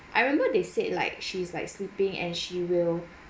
I remember they said like she's like sleeping and she will